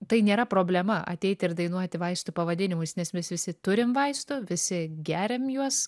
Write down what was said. tai nėra problema ateiti ir dainuoti vaistų pavadinimus nes mes visi turim vaistų visi geriam juos